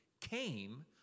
came